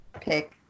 pick